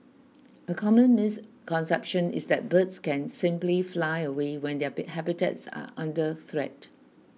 a common misconception is that birds can simply fly away when their habitats are under threat